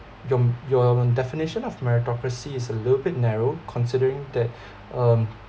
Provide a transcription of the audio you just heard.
your your definition of meritocracy is a little bit narrow considering that um